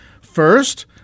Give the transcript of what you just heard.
First